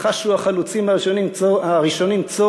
חשו החלוצים הראשונים צורך